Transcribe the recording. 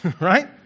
right